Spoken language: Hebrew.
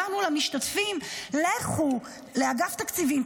אמרנו למשתתפים: לכו לאגף תקציבים,